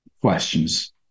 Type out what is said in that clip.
questions